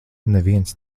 neviens